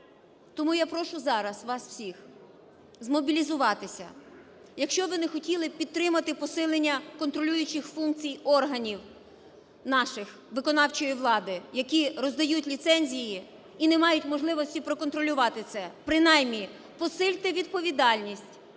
Тому я прошу зараз вас всіх змобілізуватися, якщо ви не хотіли підтримати посилення контролюючих функцій органів, наших, виконавчої влади, які роздають ліцензії і не мають можливості проконтролювати це, принаймні посильте відповідальність